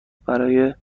برای